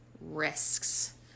risks